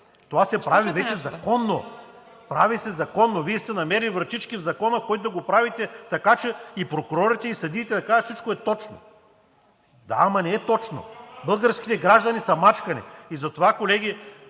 Това се прави вече законно. Прави се законно! Вие сте намерили вратички в Закона да го правите, така че и прокурорите, и съдиите да кажат: „Всичко е точно!“ Да, ама не е точно. Българските граждани са мачкани. Колеги,